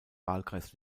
wahlkreis